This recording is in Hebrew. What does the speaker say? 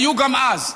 היו גם אז.